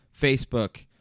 Facebook